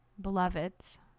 Beloveds